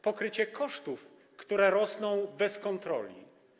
Pokrycia kosztów, które rosną bez kontroli.